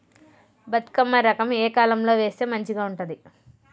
బతుకమ్మ రకం ఏ కాలం లో వేస్తే మంచిగా ఉంటది?